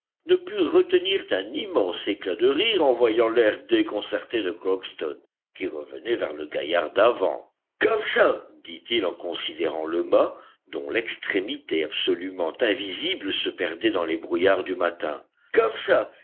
ne purent retenir un immense éclat de rire en voyant l'ai déconcerté de crockston qui revenait vers le gaillard d'avant comme ça dit-il en considérant le mât dont l'extrémité absolument invisible se perdait dans les brouillards du matin comme ça